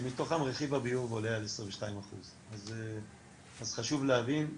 שמתוכם רכיב הביוב עולה על 22%. אז חשוב להבין,